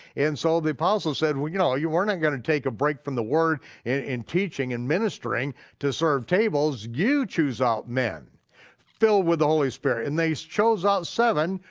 and so the apostle said well you know, ah you weren't gonna take a break from the word in teaching and ministering to serve tables, you choose out men filled with the holy spirit, and they chose out seven,